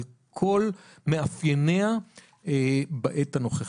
על כל מאפייניה בעת הנוכחית.